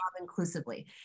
inclusively